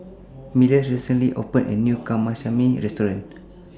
Milas recently opened A New Kamameshi Restaurant